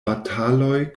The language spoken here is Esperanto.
bataloj